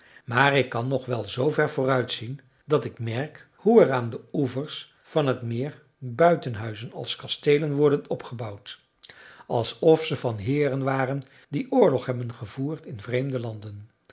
maar ik kan nog wel zoover vooruit zien dat ik merk hoe er aan de oevers van het meer buitenhuizen als kasteelen worden opgebouwd alsof ze van heeren waren die oorlog hebben gevoerd in vreemde landen